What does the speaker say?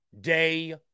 day